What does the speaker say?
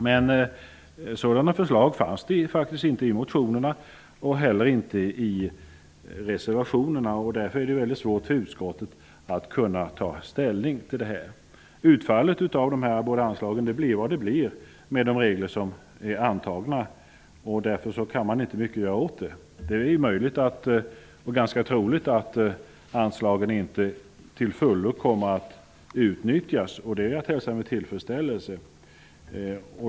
Men sådana förslag fanns det faktiskt inte i motionerna och heller inte i reservationerna. Därför är det mycket svårt för utskottet att kunna ta ställning till detta. Utfallen av dessa båda anslag blir vad de blir med de regler som är antagna. Därför kan man inte göra mycket åt det. Det är möjligt och ganska troligt att anslagen inte till fullo kommer att utnyttjas, och det är att hälsa med tillfredsställelse.